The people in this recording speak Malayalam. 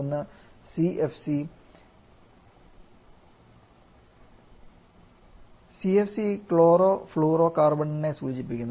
ഒന്ന് സിഎഫ്സി സിഎഫ്സി ക്ലോറോഫ്ലൂറോകാർബണിനെ സൂചിപ്പിക്കുന്നു